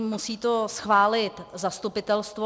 Musí to schválit zastupitelstvo.